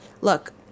Look